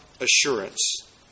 assurance